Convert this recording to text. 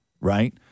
right